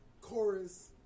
chorus